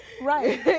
Right